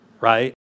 right